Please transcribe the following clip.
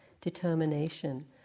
determination